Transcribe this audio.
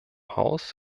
haus